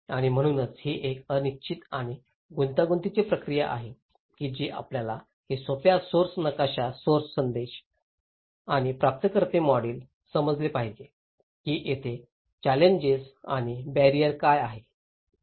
आणि म्हणूनच ही एक अनिश्चित आणि गुंतागुंतीची प्रक्रिया आहे की आपल्याला हे सोप्या सोर्स नकाशा सोर्स आणि संदेश आणि प्राप्तकर्ते मॉडेल समजले पाहिजेत की तेथे चॅलेन्जेस आणि बॅरियर काय आहेत